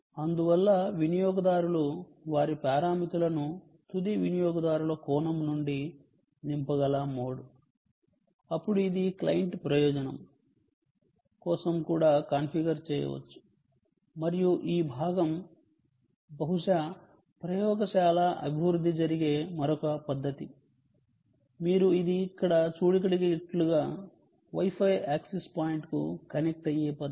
అందువల్ల వినియోగదారులు వారి పారామితులను తుది వినియోగదారుల కోణం నుండి నింపగల మోడ్ అప్పుడు ఇది క్లయింట్ ప్రయోజనం కోసం కూడా కాన్ఫిగర్ చేయవచ్చు మరియు ఆ భాగం బహుశా ప్రయోగశాల అభివృద్ధి జరిగే మరొక పద్ధతి మరియు ఇది మీరు ఇక్కడ చూడగలిగినట్లుగా Wi Fi యాక్సెస్ పాయింట్కు కనెక్ట్ అయ్యే పద్ధతి